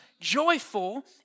joyful